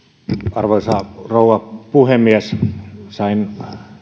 arvoisa rouva puhemies sain